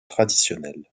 traditionnelle